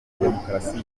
demokarasi